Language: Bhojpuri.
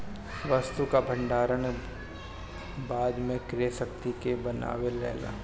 वस्तु कअ भण्डारण बाद में क्रय शक्ति के बनवले रहेला